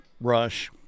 Rush